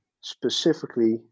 specifically